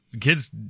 kids